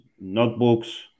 notebooks